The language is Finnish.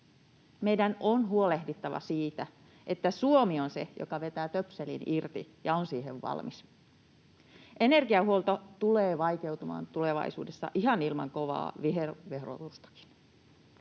Meidän on huolehdittava siitä, että Suomi on se, joka vetää töpselin irti ja on siihen valmis. Energiahuolto tulee vaikeutumaan tulevaisuudessa ihan ilman kovaa viherverotustakin.